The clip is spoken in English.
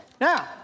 Now